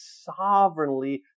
sovereignly